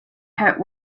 hit